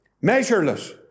measureless